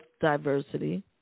diversity